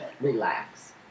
relax